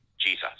Jesus